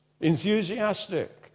enthusiastic